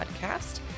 podcast